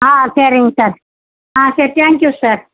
ஆ சரிங் சார் ஆ சரி தேங்க் யூ சார்